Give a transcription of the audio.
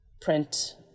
print